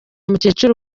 mukecuru